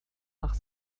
nach